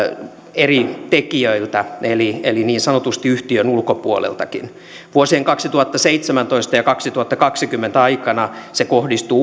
eri tekijöiltä eli eli niin sanotusti yhtiön ulkopuoleltakin vuosien kaksituhattaseitsemäntoista ja kaksituhattakaksikymmentä aikana se kohdistaa